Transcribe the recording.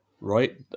right